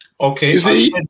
Okay